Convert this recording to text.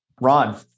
Ron